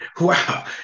Wow